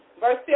Verse